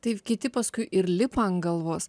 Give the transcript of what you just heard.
tai kiti paskui ir lipa ant galvos